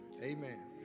Amen